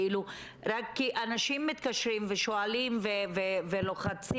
כאילו רק כי אנשים מתקשרים ושואלים ולוחצים.